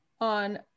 on